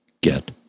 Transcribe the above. get